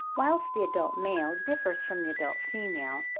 whilst the adult male differs from the adult female,